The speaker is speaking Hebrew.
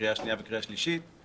קריאה שנייה וקריאה שלישית,